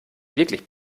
wirklich